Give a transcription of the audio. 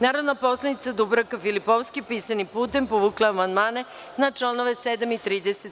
Narodna poslanica Dubravka Filipovski, pisanim putem, povukla je amandmane na čl. 7. i 30.